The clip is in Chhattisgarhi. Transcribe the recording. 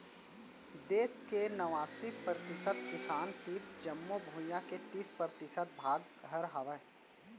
देस के नवासी परतिसत किसान तीर जमो भुइयां के तीस परतिसत भाग हर हावय